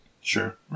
Sure